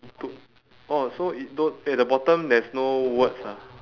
to oh so it don't at the bottom there's no words ah